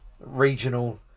regional